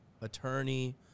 attorney